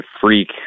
freak